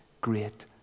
great